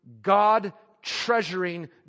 God-treasuring